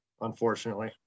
unfortunately